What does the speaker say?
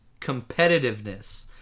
competitiveness